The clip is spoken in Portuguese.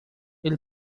ele